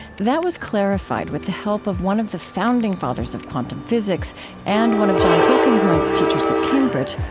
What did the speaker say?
that was clarified with the help of one of the founding fathers of quantum physics and one of john polkinghorne's teachers at cambridge,